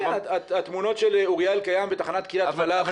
התמונות של אוריה אלקיים בתחנת קרית מלאכי.